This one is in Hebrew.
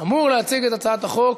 אמור להציג את הצעת החוק,